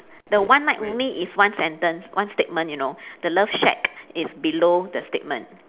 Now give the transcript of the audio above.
the one night only is one sentence one statement you know the love shack is below the statement